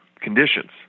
conditions